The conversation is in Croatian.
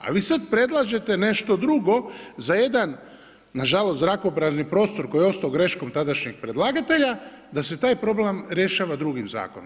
A vi sad predlažete nešto drugo za jedan nažalost, zrakoprazni prostor koji je ostao greškom tadašnjeg predlagatelja, da se taj problem rješava drugim zakonom.